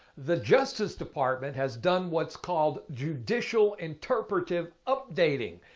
the justice department has done what's called judicial interpretive updating.